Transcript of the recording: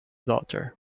daughter